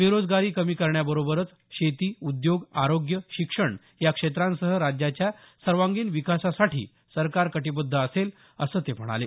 बेरोजगारी कमी करण्याबरोबरच शेती उद्योग आरोग्य शिक्षण या क्षेत्रांसह राज्याच्या सर्वांगिण विकासासाठी सरकार कटिबद्ध असेल असं ते म्हणाले